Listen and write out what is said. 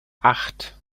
acht